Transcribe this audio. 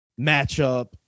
matchup